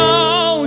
Now